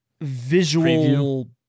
visual